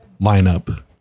lineup